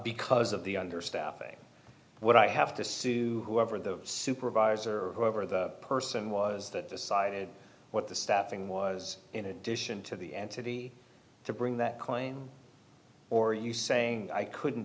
because of the understaffing what i have to say to whoever the supervisor or whoever the person was that decided what the staffing was in addition to the entity to bring that claim or you saying i couldn't